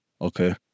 Okay